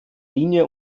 linie